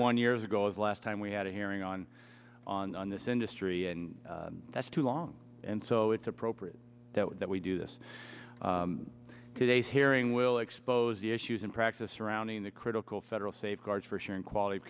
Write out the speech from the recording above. one years ago is the last time we had a hearing on on this industry and that's too long and so it's appropriate that we do this today's hearing will expose the issues in practice surrounding the critical federal safeguards for sure and quality of